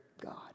God